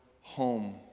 home